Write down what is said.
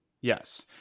Yes